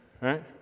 right